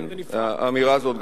האמירה הזאת,